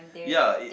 ya it